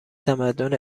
تمدن